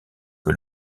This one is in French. que